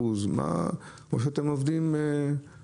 הרי שניהם קהל יעד של הממשלה, מחוסרי דיור.